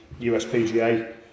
USPGA